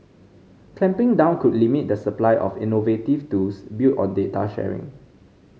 clamping down could limit the supply of innovative tools built on data sharing